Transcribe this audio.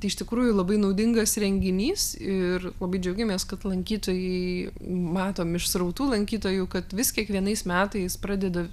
tai iš tikrųjų labai naudingas renginys ir labai džiaugiamės kad lankytojai matom iš srautų lankytojų kad vis kiekvienais metais pradeda